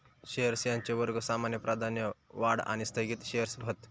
shares यांचे वर्ग सामान्य, प्राधान्य, वाढ आणि स्थगित शेअर्स हत